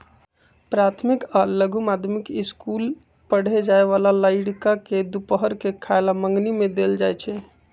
प्राथमिक आ लघु माध्यमिक ईसकुल पढ़े जाय बला लइरका के दूपहर के खयला मंग्नी में देल जाइ छै